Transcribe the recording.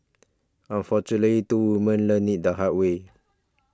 unfortunately two women learnt it the hard way